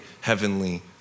heavenly